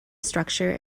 structure